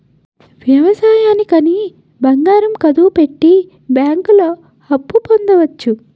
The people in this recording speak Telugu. వ్యవసాయానికి అని బంగారం కుదువపెట్టి బ్యాంకుల్లో అప్పు పొందవచ్చు